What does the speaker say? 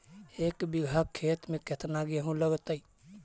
एक बिघा खेत में केतना गेहूं लगतै?